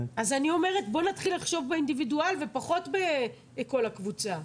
בואו נתחיל לחשוב באינדיבידואל ופחות בכל הקבוצה,